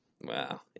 Wow